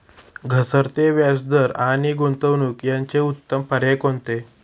घसरते व्याजदर आणि गुंतवणूक याचे उत्तम पर्याय कोणते?